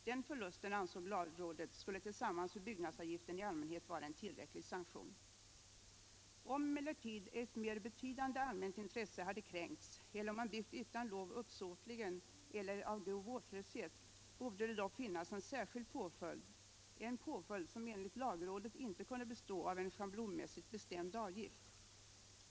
Den förlusten — ansåg lagrådet — skulle tillsammans med byggnadsavgiften i allmänhet vara en tillräcklig sanktion. Om emellertid ett mer betydande allmänt intresse hade kränkts eller om man byggt utan lov uppsåtligen eller av grov vårdslöshet, borde det dock finnas en särskild påföljd — en påföljd som enligt lagrådet inte kunde bestå av en schablonmässigt bestämd avgift.